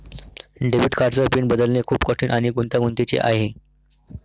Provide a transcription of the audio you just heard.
debit कार्डचा pin बदलणे खूप कठीण आणि गुंतागुंतीचे आहे